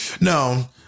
no